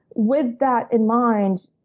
with that in mind,